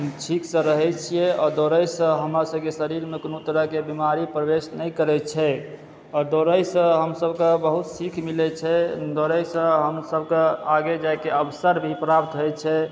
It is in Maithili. ठीक सॅं रहै छियै दौड़य सॅं हमरा सबके शरीर मे कोनो तरह के बीमारी प्रवेश नहि करैत छै आओर दौड़य सॅं हमसब के बहुत सीख मिलै छै दौड़य सॅं हमसब के आगे जाय के अवसर भी प्राप्त होइत छै